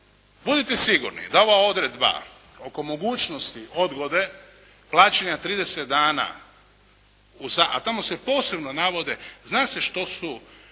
budite sigurni da ova odredba oko mogućnosti odgode plaćanja trideset dana a tamo se posebno navode zna se što su